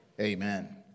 Amen